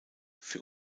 für